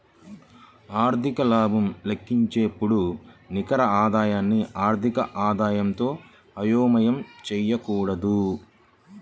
ఆర్థిక లాభం లెక్కించేటప్పుడు నికర ఆదాయాన్ని ఆర్థిక ఆదాయంతో అయోమయం చేయకూడదు